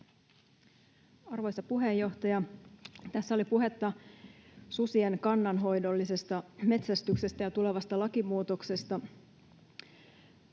Arvoisa puheenjohtaja! Tässä oli puhetta susien kannanhoidollisesta metsästyksestä ja tulevasta lakimuutoksesta.